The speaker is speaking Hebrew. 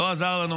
לא עזר לנו,